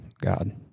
God